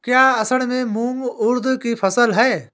क्या असड़ में मूंग उर्द कि फसल है?